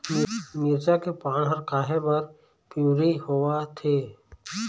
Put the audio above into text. मिरचा के पान हर काहे बर पिवरी होवथे?